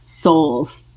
souls